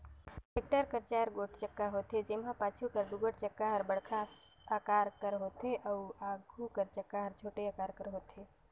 tractor कर चाएर गोट चक्का होथे, जेम्हा पाछू कर दुगोट चक्का हर बड़खा अकार कर होथे अउ आघु कर चक्का छोटे अकार कर होथे